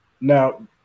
Now